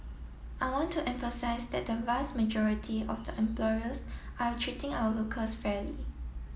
I want to emphasise that the vast majority of the employers are treating our locals fairly